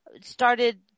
started